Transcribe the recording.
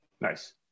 Nice